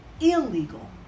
illegal